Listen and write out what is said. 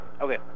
okay